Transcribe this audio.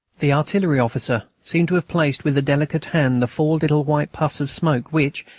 the artillery officer seemed to have placed with a delicate hand the four little white puffs of smoke which,